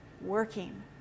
working